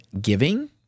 giving